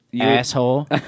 Asshole